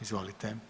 Izvolite.